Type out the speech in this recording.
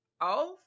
off